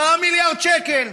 10 מיליארד שקלים.